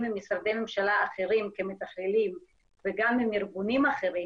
עם משרדי ממשלה אחרים כמתכללים וגם עם ארגונים אחרים,